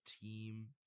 team